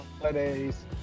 Holidays